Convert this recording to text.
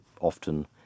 often